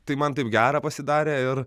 tai man taip gera pasidarė ir